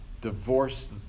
divorce